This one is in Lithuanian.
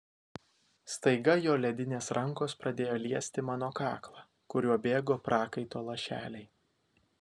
staiga jo ledinės rankos pradėjo liesti mano kaklą kuriuo bėgo prakaito lašeliai